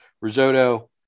risotto